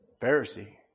Pharisee